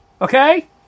Okay